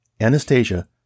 Anastasia